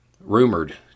rumored